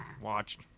Watched